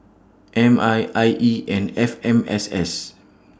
M I I E and F M S S